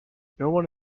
noone